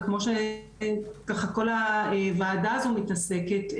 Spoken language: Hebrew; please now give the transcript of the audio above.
וכמו שככה כל הוועדה הזו מתעסקת,